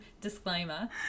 disclaimer